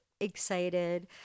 excited